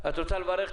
על לעשות צדק,